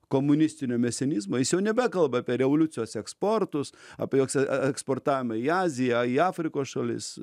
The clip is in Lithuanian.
komunistinio mesionizmo jis jau nebekalba apie revoliucijos eksportus apie jok eksportavimą į aziją į afrikos šalis